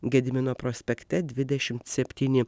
gedimino prospekte dvidešimt septyni